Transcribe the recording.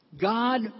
God